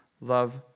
Love